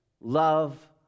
love